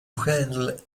handle